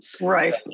Right